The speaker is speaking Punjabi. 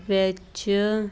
ਵਿੱਚ